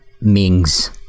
Ming's